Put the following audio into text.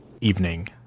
evening